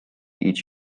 each